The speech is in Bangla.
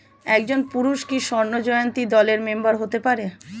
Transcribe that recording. একজন পুরুষ কি স্বর্ণ জয়ন্তী দলের মেম্বার হতে পারে?